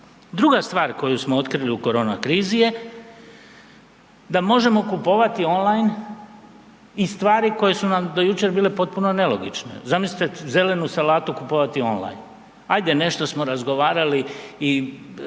Druga stvar koju smo otkrili u korona krizi je da možemo kupovati online i stvari koje su nam do jučer bile potpuno nelogične. Zamislite zelenu salatu kupovati online, ajde nešto smo razgovarali i